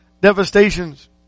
devastations